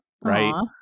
right